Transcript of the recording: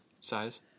Size